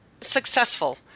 successful